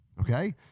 okay